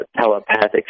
telepathic